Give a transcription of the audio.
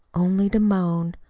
only to moan,